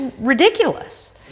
ridiculous